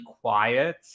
quiet